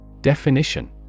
Definition